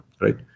right